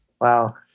Wow